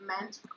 meant